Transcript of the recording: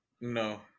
No